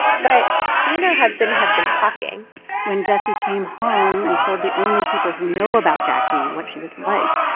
but she and her husband have been talking when jessie came home and told the only people who know about jacquie what she was like,